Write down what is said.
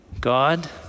God